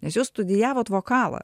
nes jūs studijavot vokalą